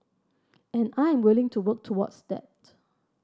and I am willing to work towards that